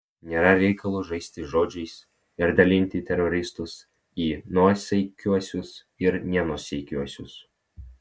nėra reikalo žaisti žodžiais ir dalinti teroristus į nuosaikiuosius ir nenuosaikiuosius